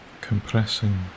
compressing